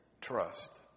trust